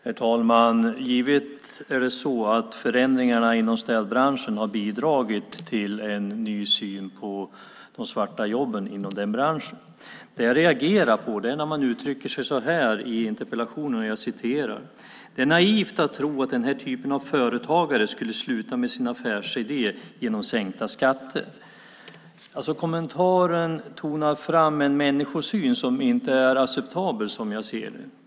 Herr talman! Givetvis har förändringarna inom städbranschen bidragit till en ny syn på de svarta jobben inom branschen. Vad jag reagerar på är det som uttrycks i interpellationen: "Det är naivt att tro att den här typen av företagare skulle sluta med sin affärsidé genom sänkta skatter." Kommentaren visar en människosyn som inte är acceptabel, som jag ser det.